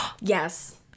Yes